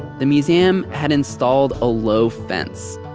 the museum had installed a low fence.